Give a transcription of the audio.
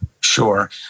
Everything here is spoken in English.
Sure